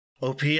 OP